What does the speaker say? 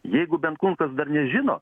jeigu benkunskas dar nežino